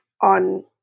on